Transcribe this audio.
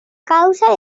causa